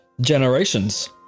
generations